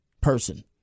person